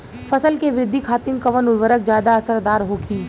फसल के वृद्धि खातिन कवन उर्वरक ज्यादा असरदार होखि?